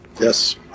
Yes